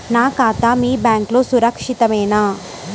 నా ఖాతా మీ బ్యాంక్లో సురక్షితమేనా?